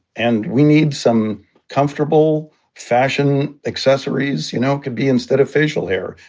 and we need some comfortable fashion accessories you know it could be instead of facial hair,